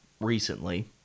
recently